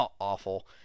awful